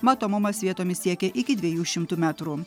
matomumas vietomis siekia iki dviejų šimtų metrų